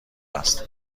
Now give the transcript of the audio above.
است